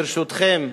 ברשותכם,